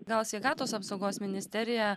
gal sveikatos apsaugos ministerija